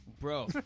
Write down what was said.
Bro